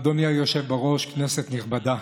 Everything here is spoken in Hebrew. אדוני היושב-ראש, כנסת נכבדה,